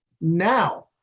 Now